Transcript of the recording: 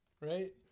Right